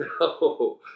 No